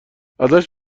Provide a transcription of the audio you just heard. ازش